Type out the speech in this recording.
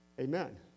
Amen